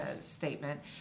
statement